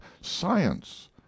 science